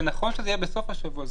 זה נכון שזה יהיה בסוף השבוע.